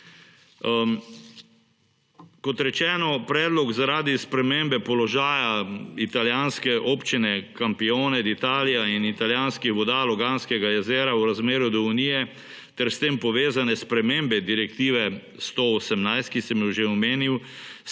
Kot rečeno, predlog zaradi spremembe položaja italijanske občine Campione d Italia in italijanskih voda Loganskega jezera v razmerju do Unije ter s tem povezane spremembe direktive 118, ki sem jo že omenil,